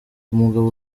umugabo